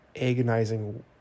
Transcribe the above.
agonizing